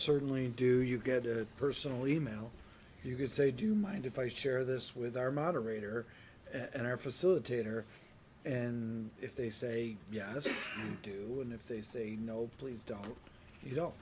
certainly do you get a personal email you could say do you mind if i share this with our moderator and our facilitator and if they say yes i do and if they say no please don't you